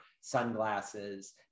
sunglasses